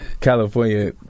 California